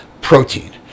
protein